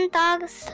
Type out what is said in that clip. dogs